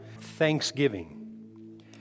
Thanksgiving